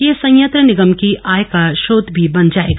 यह संयंत्र निगम की आय का स्रोत भी बन जाएगा